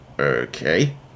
Okay